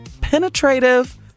penetrative